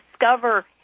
discover